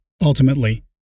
ultimately